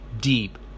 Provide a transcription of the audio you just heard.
deep